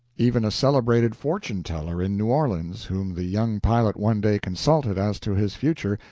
even a celebrated fortune-teller in new orleans, whom the young pilot one day consulted as to his future,